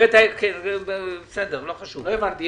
לא הבנתי.